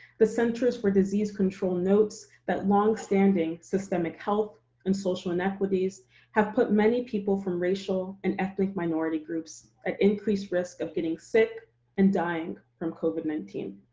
the centers for disease control notes that long-standing systemic health and social inequities have put many people from racial and ethnic minority groups at increased risk of getting sick and dying from covid nineteen.